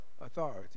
Authority